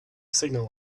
signal